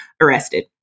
arrested